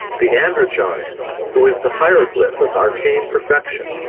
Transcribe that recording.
the androgyne who is the hieroglyph of arcane perfection